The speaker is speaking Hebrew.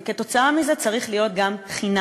וכתוצאה מזה הוא צריך להיות גם חינמי.